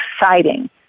exciting